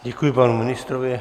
Děkuji panu ministrovi.